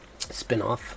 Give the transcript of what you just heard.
spinoff